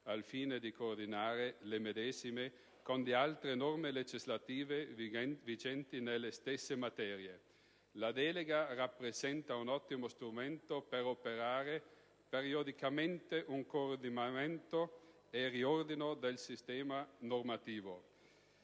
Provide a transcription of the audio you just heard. al fine di coordinare le medesime con le altre norme legislative, vigenti nelle stesse materie. La delega rappresenta un ottimo strumento per operare periodicamente un coordinamento e riordino del sistema normativo.